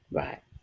right